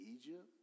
Egypt